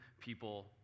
people